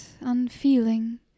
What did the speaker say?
unfeeling